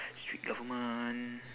strict government